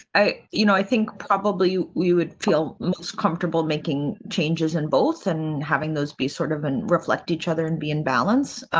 i you know i think probably we would feel most comfortable making changes in both and having those be sort of, and reflect each other and be in balance.